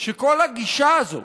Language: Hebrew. שכל הגישה הזאת,